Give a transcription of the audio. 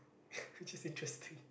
just interesting